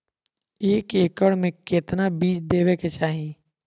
एक एकड़ मे केतना बीज देवे के चाहि?